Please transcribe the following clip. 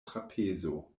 trapezo